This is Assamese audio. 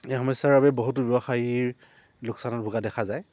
এই সমস্যাৰ বাবে বহুতো ব্যৱসায়ীৰ লোকচানত ভোগা দেখা যায়